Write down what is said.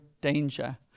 danger